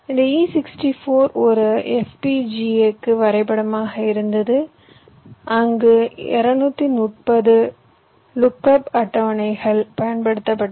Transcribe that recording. இந்த e64 ஒரு FPGA க்கு வரைபடமாக இருந்தது அங்கு 230 லுக்கப் அட்டவணைகள் பயன்படுத்தப்பட்டன